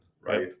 right